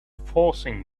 forcing